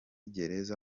gereza